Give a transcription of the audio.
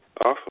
Awesome